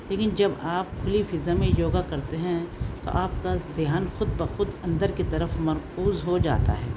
لیکن جب آپ کھلی فضا میں یوگا کرتے ہیں تو آپ کا ذھان خود بخود اندر کے طرف مرکوز ہو جاتا ہے